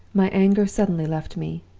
my anger suddenly left me.